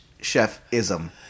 chef-ism